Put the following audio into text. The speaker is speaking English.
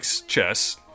chess